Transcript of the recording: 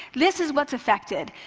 this is what's affected.